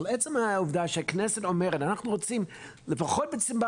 אבל עצם העובדה שהכנסת אומרת 'אנחנו רוצים לפחות בצורה